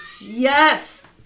Yes